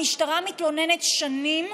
המשטרה מתלוננת שנים,